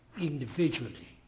individually